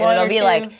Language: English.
it'll be like,